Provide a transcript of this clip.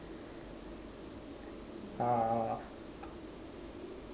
uh